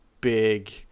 big